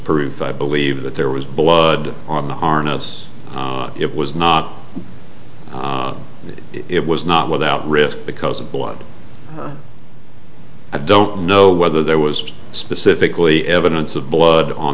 proof i believe that there was blood on the harness it was not it was not without risk because of blood i don't know whether there was specifically evidence of blood on